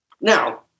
Now